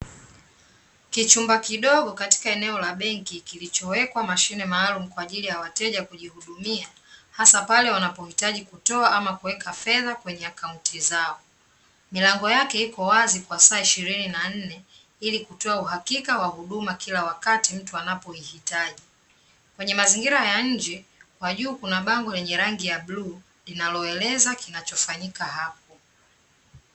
Kichumba kidogo katika eneo la benki kilichowekwa mashine maalumu kwa ajili ya wateja kujihudumia hasa pale wanapohitaji kutoa ama kuweka fedha kwenye akaunti zao. Milango yake iko wazi kwa saa ishirini na nne ili kutoa uhakika wa huduma kila wakati mtu anapoihitaji. Kwenye mazingira ya nje, kwa juu kuna bango lenye rangi ya bluu, linaloeleza kinachofanyika hapo.